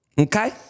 Okay